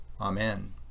Amen